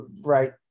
right